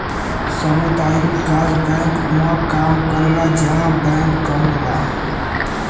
सामुदायिक विकास बैंक उहां काम करला जहां बैंक कम होला